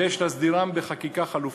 ויש להסדירם בחקיקה חלופית.